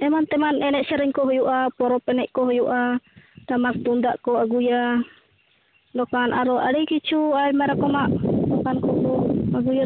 ᱮᱢᱟᱱ ᱛᱮᱢᱟᱱ ᱮᱱᱮᱡ ᱥᱮᱨᱮᱧ ᱠᱚ ᱦᱩᱭᱩᱜᱼᱟ ᱯᱚᱨᱚᱵᱽ ᱮᱱᱮᱡ ᱠᱚ ᱦᱩᱭᱩᱜᱼᱟ ᱴᱟᱢᱟᱠ ᱛᱩᱢᱫᱟᱜ ᱠᱚ ᱟᱹᱜᱩᱭᱟ ᱫᱚᱠᱟᱱ ᱟᱨᱚ ᱟᱹᱰᱤ ᱠᱤᱪᱷᱩ ᱟᱭᱢᱟ ᱨᱚᱠᱚᱢᱟᱜ ᱫᱚᱠᱟᱱ ᱠᱚᱠᱚ ᱟᱹᱜᱩᱭᱟ